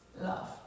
love